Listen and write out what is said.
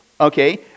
Okay